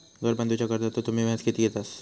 घर बांधूच्या कर्जाचो तुम्ही व्याज किती घेतास?